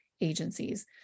agencies